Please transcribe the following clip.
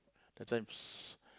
that time s~